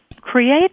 create